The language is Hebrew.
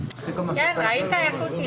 בקשת חילוט ומרגע שהוגשה בקשת חילוט לא